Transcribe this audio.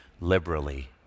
liberally